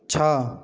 ଛଅ